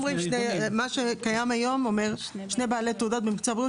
מה שקיים היום אומר: שני בעלי תעודות במקצוע הבריאות